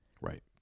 Right